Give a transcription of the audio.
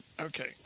Okay